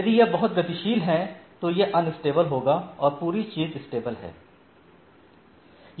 यदि यह बहुत गतिशील है तो यह अनस्टेबल होगा और पूरी चीज स्टेबल है